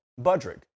Budrick